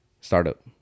startup